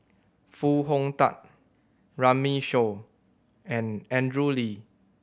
Foo Hong Tatt Runme Shaw and Andrew Lee